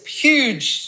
huge